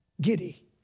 Giddy